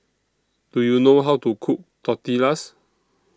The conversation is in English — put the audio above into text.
Do YOU know How to Cook Tortillas